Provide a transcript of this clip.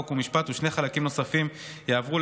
חוק ומשפט ושני חלקים נוספים יעברו